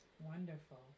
Wonderful